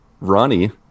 Ronnie